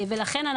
ולכן,